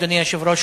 אדוני היושב-ראש,